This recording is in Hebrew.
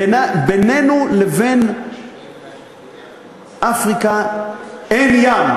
בינינו לבין אפריקה אין ים.